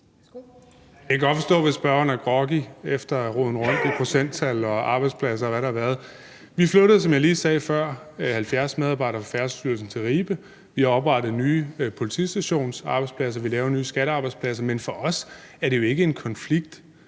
Jeg kan godt forstå, hvis spørgeren er groggy efter at have rodet rundt i procenttal og arbejdspladser, og hvad der har været. Vi flyttede, som jeg sagde lige før, 70 medarbejdere fra Færdselsstyrelsen til Ribe, vi har oprettet nye politistationsarbejdspladser, og vi laver nye skattearbejdspladser. Men for os er det jo ikke en konflikt